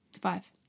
Five